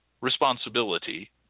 responsibility